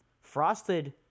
Frosted